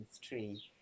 tree